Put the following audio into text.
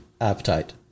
appetite